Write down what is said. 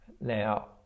Now